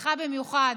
אצלך במיוחד.